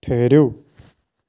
ٹھٕہرِو